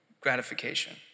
gratification